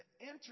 enter